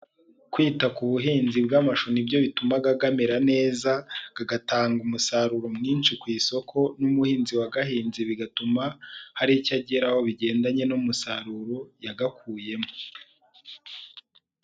Kwita ku buhinzi bw'amashu nibyo bitumaga gamera neza, gagatanga umusaruro mwinshi ku isoko, n'umuhinzi wagahinze bigatuma hari icyo ageraho, bigendanye n'umusaruro yagakuyemo.